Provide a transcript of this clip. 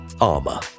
armor